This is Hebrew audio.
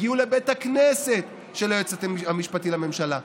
הגיעו לבית הכנסת של היועץ המשפטי לממשלה,